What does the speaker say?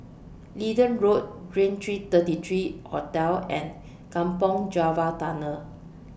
Leedon Road Raintr thirty three Hotel and Kampong Java Tunnel